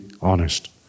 honest